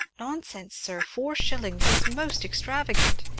nonsense, sir four shillings is most extravagant!